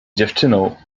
dziewczyną